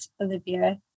Olivia